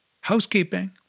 Housekeeping